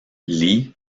lee